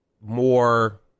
more